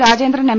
Rajendran M